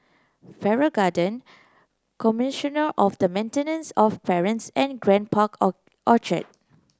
Farrer Garden Commissioner of the Maintenance of Parents and Grand Park Orchard